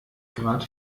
grad